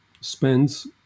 spends